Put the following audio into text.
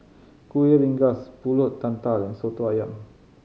Kueh Rengas Pulut Tatal and Soto Ayam